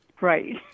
Right